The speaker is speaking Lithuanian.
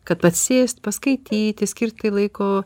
kad atsisėst paskaityti skirti laiko